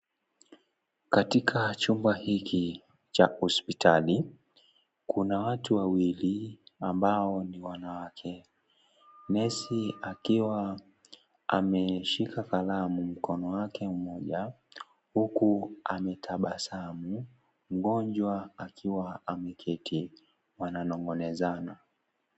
Katika chumba hiki cha hospitali Kuna watu wawili ambao ni wanawake, nesi akiwa ameshika kalamu mkono wake mmoja huku ametabasamu mgonjwa akiwa ameketi. Wananongonezana.